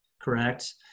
correct